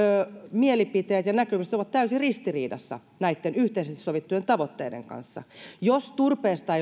mielipiteet ja näkemykset ovat täysin ristiriidassa näitten yhteisesti sovittujen tavoitteiden kanssa jos turpeesta